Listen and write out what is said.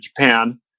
Japan